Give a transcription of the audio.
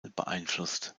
beeinflusst